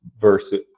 versus